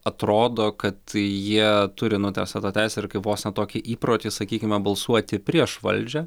atrodo kad jie turi nu tiesa tą teisę ir kai vos ne tokį įprotį sakykime balsuoti prieš valdžią